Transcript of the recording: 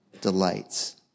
delights